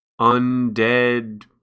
Undead